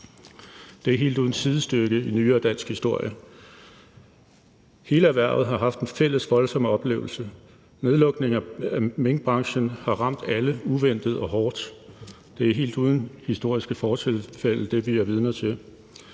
er helt uden sidestykke i nyere dansk historie. Hele erhvervet har haft en fælles voldsom oplevelse. Nedlukningen af minkbranchen har ramt alle uventet og hårdt. Det er helt uden historiske fortilfælde, hvad vi er vidner til.